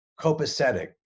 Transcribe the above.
copacetic